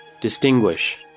Distinguish